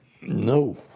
No